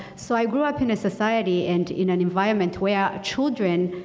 so i grew up in a society and in an environment where children,